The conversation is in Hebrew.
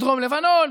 בדרום לבנון,